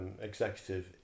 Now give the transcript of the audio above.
executive